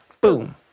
Boom